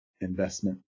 investment